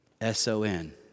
S-O-N